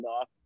off